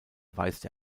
weist